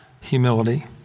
humility